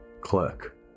clerk